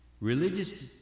Religious